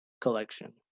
collection